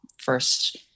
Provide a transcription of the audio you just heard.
first